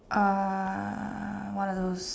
uh one of those